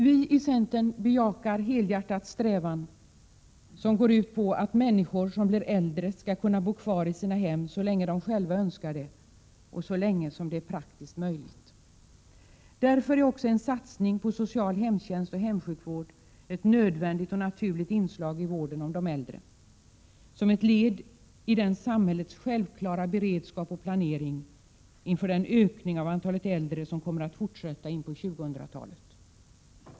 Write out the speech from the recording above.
Vi i centern bejakar helhjärtat den strävan som går ut på att äldre människor skall kunna bo kvar i sina hem så länge de själva önskar och så länge som detta är praktiskt möjligt. Därför är också en satsning på social hemtjänst och hemsjukvård ett nödvändigt och naturligt inslag i omvårdnaden av de äldre. Detta är ett självklart led i samhällets beredskap och planering inför den ökning som sker av antalet äldre och som kommer att fortsätta in på 2000-talet.